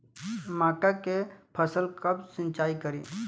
मका के फ़सल कब सिंचाई करी?